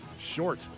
short